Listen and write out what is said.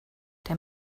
der